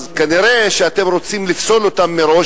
אז כנראה אתם רוצים לפסול אותם מראש,